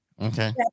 Okay